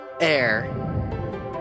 Air